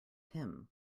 him